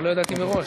אבל לא ידעתי מראש.